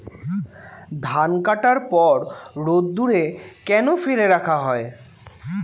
ধান কাটার পর রোদ্দুরে কেন ফেলে রাখা হয়?